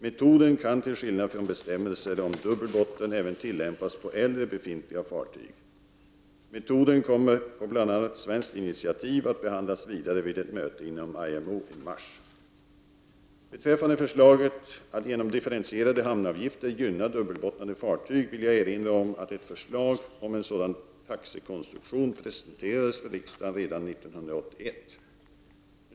Metoden kan till skillnad från bestämmelser om dubbel botten även tillämpas på äldre befintliga fartyg. Metoden kommer på bl.a. svenskt initiativ att behandlas vidare vid ett möte inom IMO i mars. Beträffande förslaget att genom differentierade hamnavgifter gynna dubbelbottnade fartyg vill jag erinra om att ett förslag om en sådan taxekonstruktion presenterades för riksdagen redan år 1981.